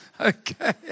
okay